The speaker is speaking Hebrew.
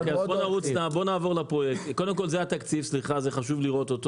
קודם כל, זה התקציב וחשוב לראות אותו.